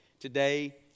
today